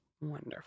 wonderful